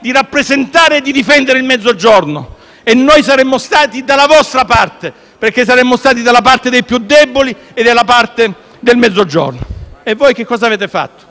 di rappresentare e difendere il Mezzogiorno. Noi saremmo stati dalla vostra parte, perché saremmo stati dalla parte dei più deboli e dalla parte del Mezzogiorno. E voi che cosa avete fatto?